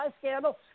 scandal